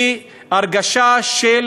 היא הרגשה של